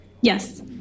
Yes